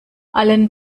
allen